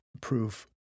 proof